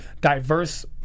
diverse